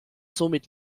somit